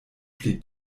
pli